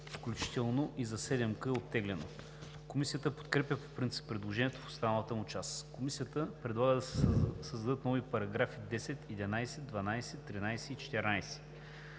включително и за 7к е оттеглено. Комисията подкрепя по принцип предложението в останалата му част. Комисията предлага да се създадат нови параграфи 10, 11, 12, 13 и 14: